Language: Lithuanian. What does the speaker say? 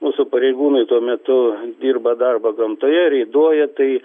mūsų pareigūnai tuo metu dirba darbą gamtoje reiduoja tai